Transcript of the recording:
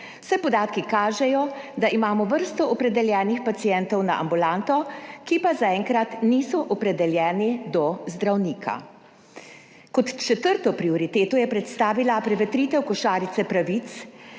saj podatki kažejo, da imamo vrsto opredeljenih pacientov na ambulanto, ki pa zaenkrat niso opredeljeni do zdravnika. Kot četrto prioriteto je predstavila prevetritev košarice pravic,